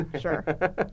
sure